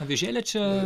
avižėlė čia